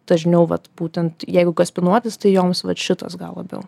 dažniau vat būtent jeigu kaspinuotis tai joms vat šitas gal labiau